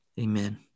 Amen